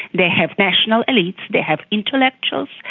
they have national elites, they have intellectuals,